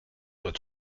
doit